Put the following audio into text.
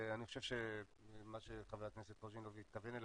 אני חושב שמה שחבר הכנסת קוז'ינוב התכוון אליו,